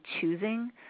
choosing